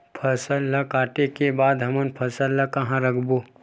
फसल ला काटे के बाद हमन फसल ल कहां रखबो?